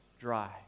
dry